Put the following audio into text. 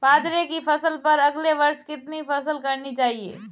बाजरे की फसल पर अगले वर्ष किसकी फसल करनी चाहिए?